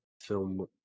film